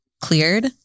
cleared